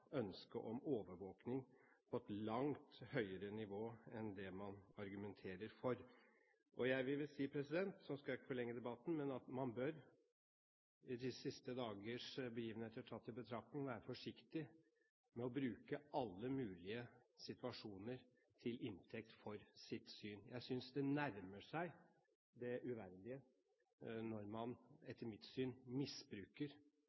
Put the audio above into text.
ønske om overvåking på et langt høyere nivå enn det man argumenterer for. Jeg vil vel si – nå skal jeg ikke forlenge debatten – at man de siste dagers begivenheter tatt i betraktning bør være forsiktig med å bruke alle mulige situasjoner til inntekt for sitt syn. Jeg synes det nærmer seg det uverdige når